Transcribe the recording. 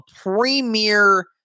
premier